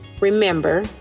remember